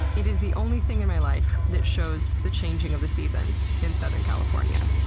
it is the only thing in my life that shows the changing of the seasons in southern california.